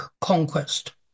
conquest